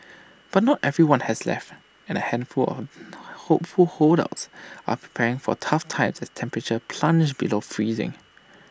but not everyone has left and A handful on hopeful holdouts are preparing for tough times as temperatures plunge below freezing